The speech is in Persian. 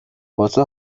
واسه